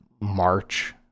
March